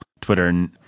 Twitter